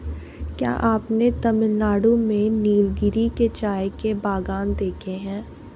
क्या आपने तमिलनाडु में नीलगिरी के चाय के बागान देखे हैं?